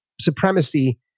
supremacy